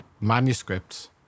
manuscripts